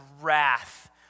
wrath